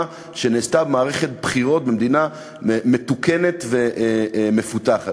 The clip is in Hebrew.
שנעשתה במערכת בחירות במדינה מתוקנת ומפותחת.